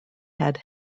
had